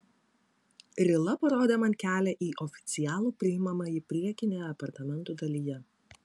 rila parodė man kelią į oficialų priimamąjį priekinėje apartamentų dalyje